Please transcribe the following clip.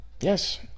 Yes